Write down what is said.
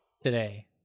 Today